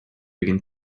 begin